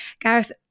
Gareth